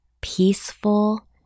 peaceful